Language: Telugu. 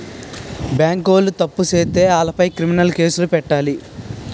బేంకోలు తప్పు సేత్తే ఆలపై క్రిమినలు కేసులు పెట్టాలి